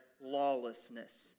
lawlessness